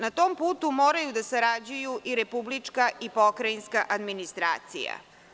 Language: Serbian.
Na tom putu moraju da sarađuju i republička i pokrajinska administracija.